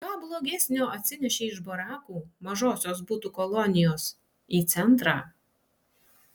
ką blogesnio atsinešei iš barakų mažosios butų kolonijos į centrą